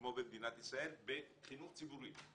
כמו במדינת ישראל בחינוך ציבורי.